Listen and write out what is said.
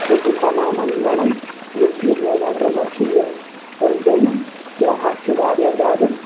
چھُس بہٕ تمامن ونان یُس یہِ نووا ٹرمر چھُ یہِ أنۍزٮ۪و نہٕ کینٛہہ اتھ چھِ واریاہ زیادٕ